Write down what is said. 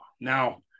Now